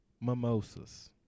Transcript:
Mimosas